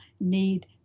need